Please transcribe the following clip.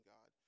God